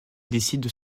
décident